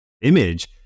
image